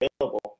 available